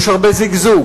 יש הרבה זיגזוג,